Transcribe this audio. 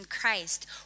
Christ